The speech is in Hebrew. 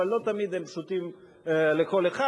אבל לא תמיד הם פשוטים לכל אחד.